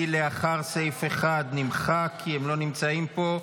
לאחר סעיף 1 נמחק כי הם לא נמצאים פה,